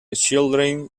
children